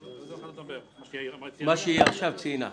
מה שהיא עכשיו ציינה?